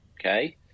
okay